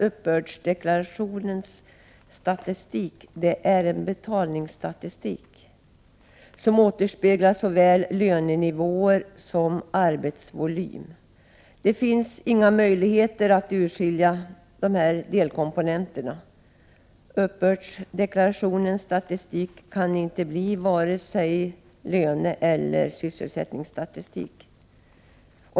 Uppbördsdeklarationsstatistiken är en betalningsstatistik som återspeglar såväl lönenivåer som arbetsvolymer, men det finns inga möjligheter att urskilja dessa delkomponenter. Den statistiken kan inte bli vare sig löneeller sysselsättningsstatistik.